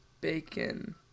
Bacon